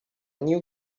new